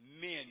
men